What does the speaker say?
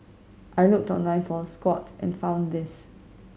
I looked online for a squat and found this